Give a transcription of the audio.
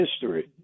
history